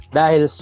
dahil